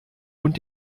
und